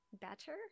better